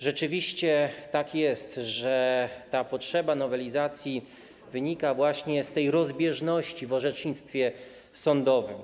Rzeczywiście tak jest, że ta potrzeba nowelizacji wynika właśnie z tej rozbieżności w orzecznictwie sądowym.